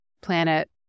planet